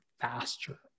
faster